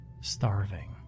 starving